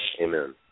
Amen